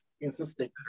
insisting